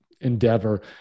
endeavor